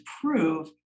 prove